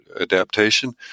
adaptation